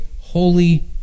holy